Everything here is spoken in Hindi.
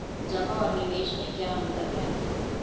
जमा और निवेश में क्या अंतर है?